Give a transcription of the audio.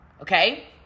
Okay